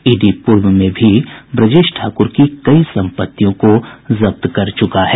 ED पूर्व में भी ब्रजेश ठाकुर की कई संपत्तियों को जब्त कर चुका है